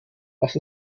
was